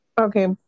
Okay